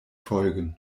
folgen